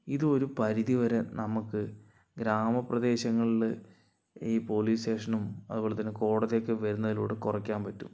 ഇത് ഒരു പരിധി വരെ നമുക്ക് ഗ്രാമ പ്രദേശങ്ങളില് ഈ പോലീസ് സ്റ്റേഷനും അതുപോലെ തന്നെ കോടതി ഒക്കെ വരുന്നതിലൂടെ കുറയ്ക്കാൻ പറ്റും